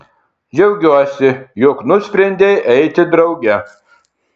džiaugiuosi jog nusprendei eiti drauge